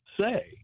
say